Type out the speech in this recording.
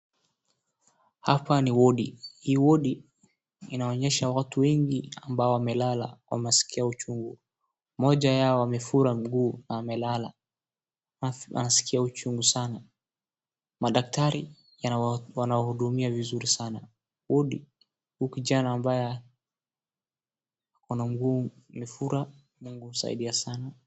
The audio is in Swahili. Hapa ni wodi, hii wodi inaonyesha watu wengi ambao wamelala wanaskia uchungu, mmoja yao amefura mguu na amelala anaskia uchungu sana, madaktari wanawahudumia vizuri sana budi huyu kijana ako na mguu imefura mungu amsaidie sana.